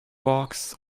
box